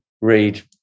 read